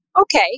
Okay